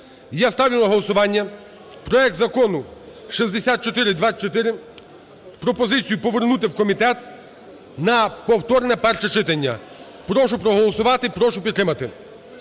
Я ставлю на голосування проект Закону 6424, пропозицію повернути в комітет на повторне перше читання. Прошу проголосувати, прошу підтримати.